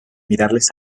mirarles